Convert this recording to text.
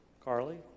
Carly